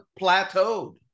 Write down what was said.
plateaued